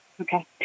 okay